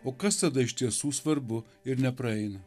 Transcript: o kas tada iš tiesų svarbu ir nepraeina